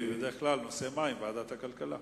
בדרך כלל נושא המים זה לוועדת הכלכלה.